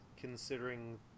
...considering